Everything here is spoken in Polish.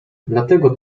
dlatego